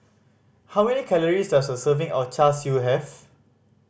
how many calories does a serving of Char Siu have